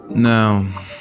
Now